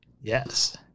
Yes